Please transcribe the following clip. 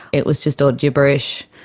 it was just all gibberish.